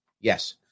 Yes